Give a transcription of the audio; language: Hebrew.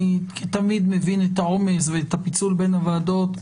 אני תמיד מבין את העומס ואת הפיצול בין הוועדות,